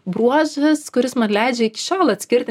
bruožas kuris man leidžia iki šiol atskirti